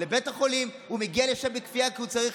ואז החולים שצריכים לאכול כשר,